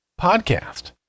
podcast